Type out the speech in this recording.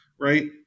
right